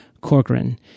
Corcoran